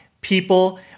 people